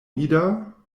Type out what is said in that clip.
ida